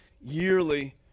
yearly